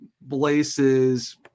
blazes